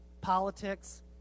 politics